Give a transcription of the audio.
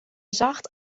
zacht